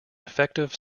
effective